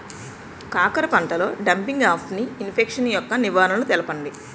కాకర పంటలో డంపింగ్ఆఫ్ని ఇన్ఫెక్షన్ యెక్క నివారణలు తెలపండి?